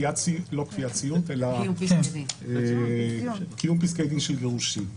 קיום פסקי דין של גירושין.